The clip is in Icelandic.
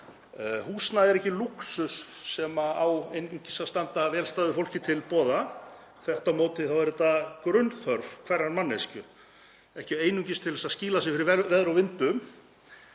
húsnæði er ekki lúxus sem á einungis að standa vel stæðu fólki til boða. Þvert á móti er þetta grunnþörf hverrar manneskju, ekki einungis til að skýla sér fyrir veðri og vindum